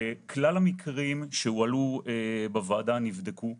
כלל המקרים שהועלו בוועדה נבדקו,